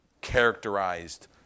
characterized